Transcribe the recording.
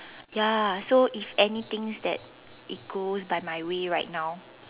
ya so if anything that it goes by my way right now